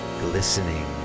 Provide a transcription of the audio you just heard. glistening